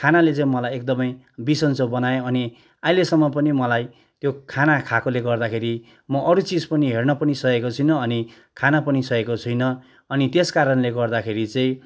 खानाले चाहिँ मलाई एकदमै बिसन्चो बनायो अनि अहिलेसम्म पनि मलाई त्यो खाना खाएकोले गर्दाखेरि म अरू चिज पनि हेर्न पनि सकेको छुइनँ अनि खान पनि सकेको छुइनँ अनि त्यसकारणले गर्दाखेरि चाहिँ